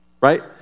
right